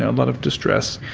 ah a lot of distress.